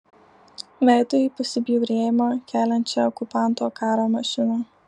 veidu į pasibjaurėjimą keliančią okupanto karo mašiną